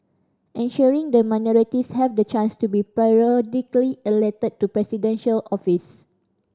ensuring that minorities have the chance to be periodically elected to Presidential office